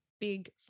big